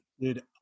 Dude